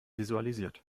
visualisiert